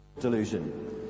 Delusion